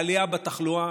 העלייה בתחלואה,